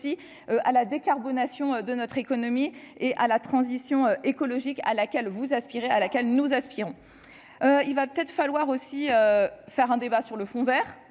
à la décarbonation de notre économie et à la transition écologique à laquelle vous aspirez à laquelle nous aspirons, il va peut-être falloir aussi faire un débat sur le fond Vert